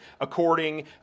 according